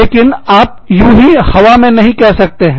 लेकिन आप युहीं हवा में नहीं कह सकते हैं